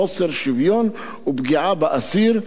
בחוסר שוויון ובפגיעה באסיר,